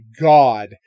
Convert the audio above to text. god